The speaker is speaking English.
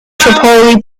tripoli